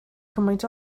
cymaint